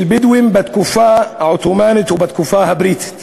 בדואים בתקופה העות'מאנית ובתקופה הבריטית,